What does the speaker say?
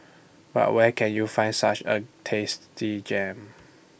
but where can you find such A tasty gem